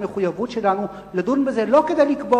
המחויבות שלנו לדון בזה היא לא כדי לקבוע